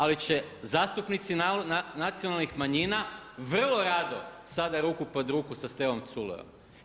Ali će zastupnici nacionalnih manjina vrlo rada sada ruku pod ruku sa Stevom Culejom.